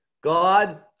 God